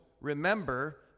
Remember